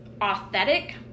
authentic